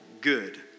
Good